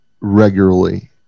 regularly